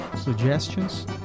suggestions